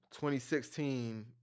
2016